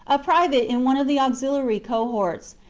a private in one of the auxiliary cohorts,